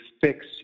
fix